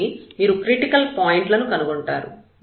కాబట్టి మీరు క్రిటికల్ పాయింట్లను కనుగొంటారు